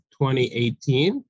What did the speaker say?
2018